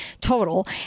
total